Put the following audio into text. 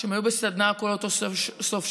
הן היו בסדנה כל אותו סוף שבוע.